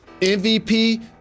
MVP